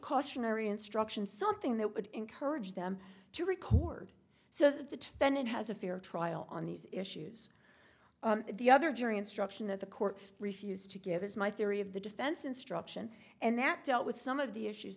cautionary instruction something that would encourage them to record so that the defendant has a fair trial on these issues the other jury instruction that the court refused to give is my theory of the defense instruction and that dealt with some of the issues